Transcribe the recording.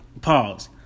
Pause